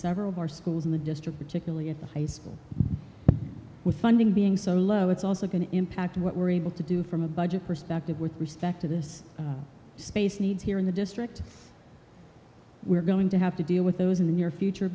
several of our schools in the district particularly at the high school funding being it's also going to impact what we're able to do from a budget perspective with respect to this needs here in the district we're going to have to deal with those in the near future